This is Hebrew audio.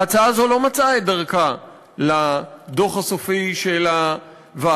ההצעה הזו לא מצאה את דרכה לדוח הסופי של הוועדה,